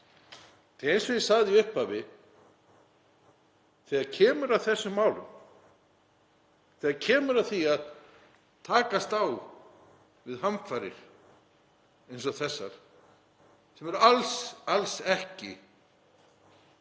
að eins og ég sagði í upphafi, þegar kemur að þessum málum, þegar kemur að því að takast á við hamfarir eins og þessar, sem eru alls ekki